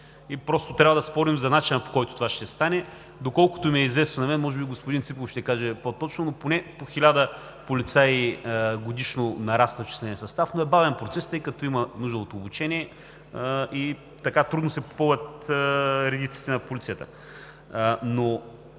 тук и трябва да спорим за начина, по който това ще стане. Доколкото ми е известно, може би господин Ципов ще каже по-точно, но поне с по 1000 полицаи годишно нараства численият състав, но това е бавен процес, тъй като има нужда от обучение и трудно се попълват редиците на полицията. Това,